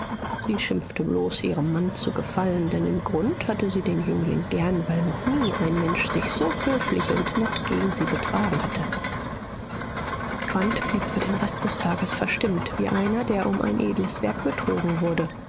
sie schimpfte bloß ihrem mann zu gefallen denn im grund hatte sie den jüngling gern weil noch nie ein mensch sich so höflich und nett gegen sie betragen hatte quandt blieb für den rest des tages verstimmt wie einer der um ein edles werk betrogen wurde